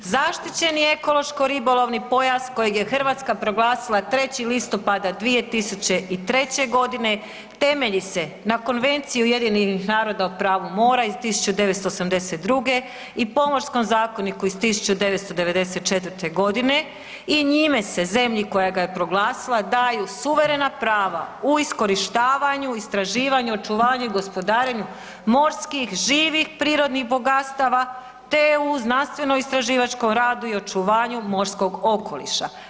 Zaštićeni ekološko-ribolovni pojas kojeg je Hrvatska proglasila 3. listopada 2003. godine temelji se na Konvenciji Ujedinjenih naroda o pravu mora iz 1982. i Pomorskom zakoniku iz 1994. godine i njime se zemlji koja ga je proglasila daju suverena prava u iskorištavanju, istraživanju, očuvanju i gospodarenju morskih, živih prirodnih bogatstava, te u znanstveno-istraživačkom radu i očuvanju morskog okoliša.